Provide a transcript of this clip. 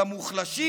למוחלשים.